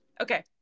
okay